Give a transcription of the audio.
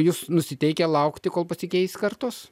jūs nusiteikę laukti kol pasikeis kartos